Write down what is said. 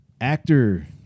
Actor